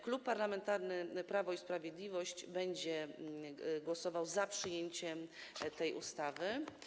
Klub Parlamentarny Prawo i Sprawiedliwość będzie głosował za przyjęciem tej ustawy.